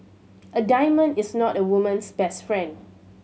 a diamond is not a woman's best friend